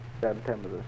September